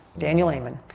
daniel ammon.